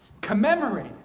commemorate